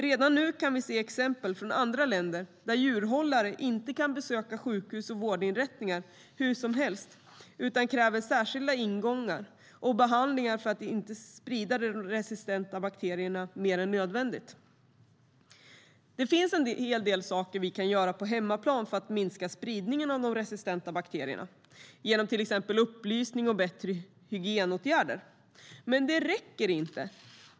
Redan nu kan vi se exempel från andra länder, där djurhållare inte kan besöka sjukhus och vårdinrättningar hur som helst utan där man kräver särskilda ingångar och behandlingar för att inte sprida de resistenta bakterierna mer än nödvändigt. Det finns en hel del saker vi kan göra på hemmaplan för att minska spridningen av de resistenta bakterierna genom till exempel upplysning och hygienåtgärder, men det räcker inte.